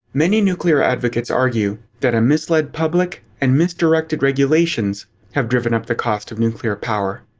many nuclear advocates argue that a mislead public and misdirected regulations have driven up the cost of nuclear power.